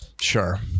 Sure